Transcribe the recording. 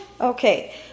Okay